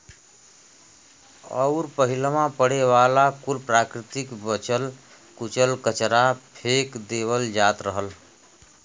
अउर पहिलवा पड़े वाला कुल प्राकृतिक बचल कुचल कचरा फेक देवल जात रहल